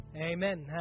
Amen